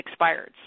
expireds